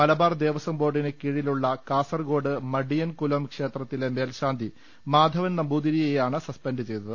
മലബാർ ദേവസ്വം ബോർഡിന് കീഴിലുള്ള കാസർഗോഡ് മഡിയൻ കുലോം ക്ഷേത്രത്തിലെ മേൽശാന്തി മാധവൻ നമ്പൂതിരിയെയാണ് സസ്പെൻഡ് ചെയ്തത്